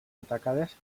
atacades